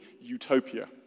utopia